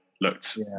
looked